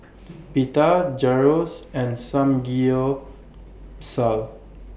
Pita Gyros and Samgyeopsal